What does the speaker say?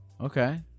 Okay